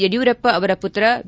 ಯಡಿಯೂರಪ್ಪ ಅವರ ಮತ್ರ ಬಿ